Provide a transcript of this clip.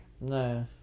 No